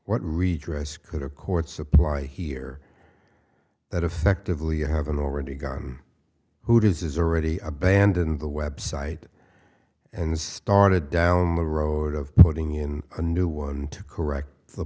what redress could our courts apply here that effectively you haven't already got who does is already abandon the website and started down the road of putting in a new one to correct the